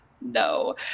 no